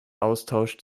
austausch